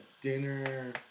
dinner